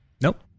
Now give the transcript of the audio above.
Nope